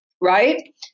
right